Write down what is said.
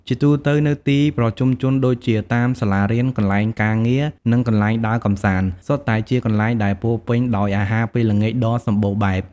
ជាទូទៅ នៅទីប្រជុំជន ដូចជាតាមសាលារៀន កន្លែងការងារ និងកន្លែងដើរកំសាន្ត សុទ្ធតែជាកន្លែងដែលពោរពេញដោយអាហារពេលល្ងាចដ៏សម្បូរបែប។